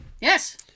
Yes